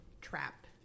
trap